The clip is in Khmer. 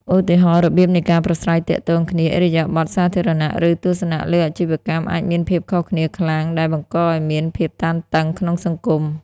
ឧទាហរណ៍ របៀបនៃការប្រាស្រ័យទាក់ទងគ្នា ឥរិយាបថសាធារណៈ ឬទស្សនៈលើអាជីវកម្មអាចមានភាពខុសគ្នាខ្លាំង ដែលបង្កឲ្យមានភាពតានតឹងក្នុងសង្គម។